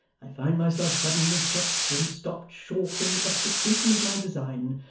i find myself suddenly checked and stopped short, in the execution of my design,